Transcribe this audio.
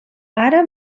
ara